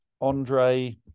Andre